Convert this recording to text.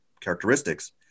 characteristics